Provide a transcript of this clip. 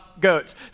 goats